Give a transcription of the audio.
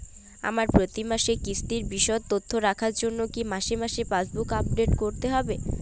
আমার প্রতি মাসের কিস্তির বিশদ তথ্য রাখার জন্য কি মাসে মাসে পাসবুক আপডেট করতে হবে?